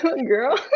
girl